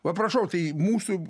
va prašau tai mūsų